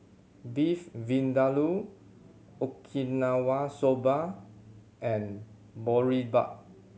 Beef Vindaloo Okinawa Soba and Boribap